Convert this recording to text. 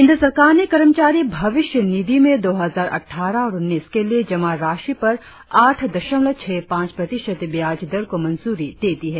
केंद्र सरकार ने कर्मचारी भविष्य निधि में दो हजार अटठारह उन्नीस के लिए जमा राशि पर आठ दशमलव छह पांच प्रतिशत ब्याज दर को मंजूरी दे दी है